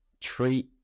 treat